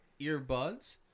earbuds